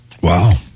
Wow